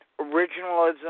originalism